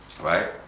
Right